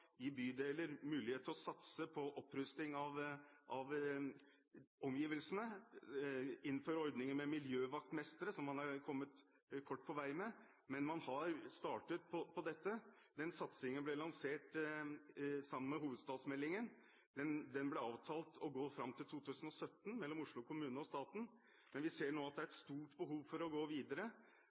til å satse på opprustning av omgivelsene i borettslag og i bydeler og innføre ordninger med miljøvaktmestere, som man har kommet kort på vei med, men man har startet på dette. Den satsingen ble lansert sammen med hovedstadsmeldingen. Det ble avtalt mellom Oslo kommune og staten at denne satsingen skulle gå fram til 2017, men vi ser nå at det er et stort behov for å gå videre,